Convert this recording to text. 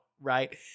right